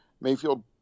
Mayfield